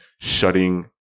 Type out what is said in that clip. shutting